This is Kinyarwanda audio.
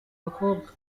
bakobwa